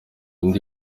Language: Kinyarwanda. ndi